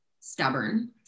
stubborn